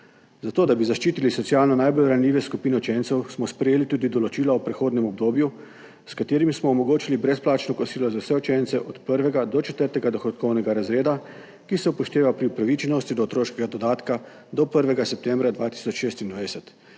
Zato, da bi zaščitili socialno najbolj ranljive skupine učencev, smo sprejeli tudi določila o prehodnem obdobju, s katerimi smo omogočili brezplačno kosilo za vse učence od prvega do četrtega dohodkovnega razreda, ki se upošteva pri upravičenosti do otroškega dodatka do 1. septembra 2026,